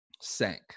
sank